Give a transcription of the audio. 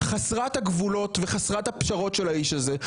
חסרת הגבולות וחסרת הפשרות של האיש הזה,